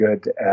good